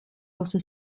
also